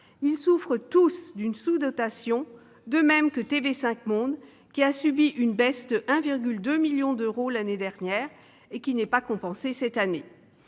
Ils souffrent tous d'une sous-dotation, de même que TV5 Monde, qui a subi une baisse de 1,2 million d'euros l'année dernière, baisse qui n'est pas compensée cette année.